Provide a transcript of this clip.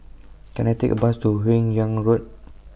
Can I Take A Bus to Hun Yeang Road